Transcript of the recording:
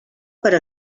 per